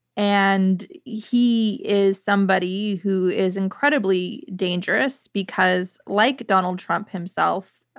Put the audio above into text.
and he is somebody who is incredibly dangerous because, like donald trump himself,